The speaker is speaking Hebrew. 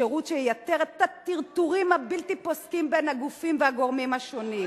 שירות שייתר את הטרטורים הבלתי פוסקים בין הגופים והגורמים השונים,